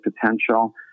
potential